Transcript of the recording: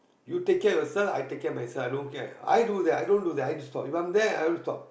you take of yourself I take care of myself i don't care i do that i don't that I just stop if I'm there I'll stop